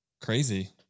Crazy